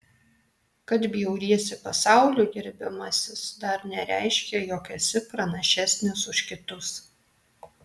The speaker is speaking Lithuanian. kad bjauriesi pasauliu gerbiamasis dar nereiškia jog esi pranašesnis už kitus